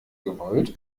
gewollt